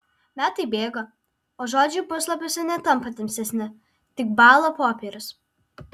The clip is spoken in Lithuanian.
metai bėga o žodžiai puslapiuose netampa tamsesni tik bąla popierius